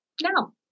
now